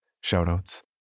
shout-outs